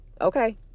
okay